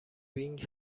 بینگ